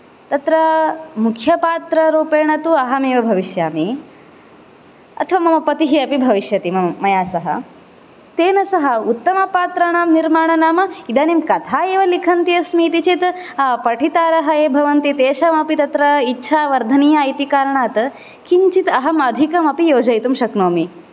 तत्र मुख्यपात्ररूपेण तु अहमेव भविष्यामि अथवा मम पतिः अपि भविष्यति मया सह तेन सह उत्तमपात्रणां निर्माण नाम इदानीं कथा एव लिखन्ति अस्मि इति चेत् पठितारः ये भवन्ति तेषां अपि तत्र इच्छा वर्धनीया इति कारणात् किञ्चित् अहम् अधिकम् अपि योजयितुं शक्नोमि